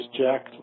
Jack